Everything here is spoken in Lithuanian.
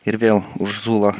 ir vėl urzula